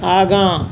आगाँ